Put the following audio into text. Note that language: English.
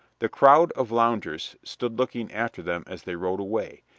the crowd of loungers stood looking after them as they rowed away,